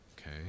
Okay